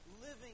Living